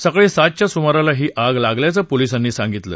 सकाळी सातच्या सुमाराला ही आग लागल्याचं पोलिसांनी सांगितलं